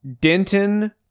Denton